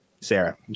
Sarah